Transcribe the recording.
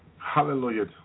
Hallelujah